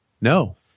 No